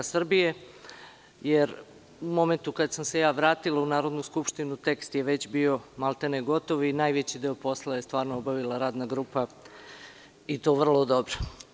U momentu kada sam se vratila u Narodnu skupštinu tekst je već bio maltene gotov i najveći deo posla je stvarno obavila radna grupa i to vrlo dobro.